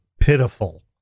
pitiful